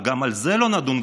וגם על זה לא נדון,